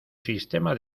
sistema